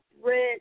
red